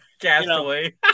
Castaway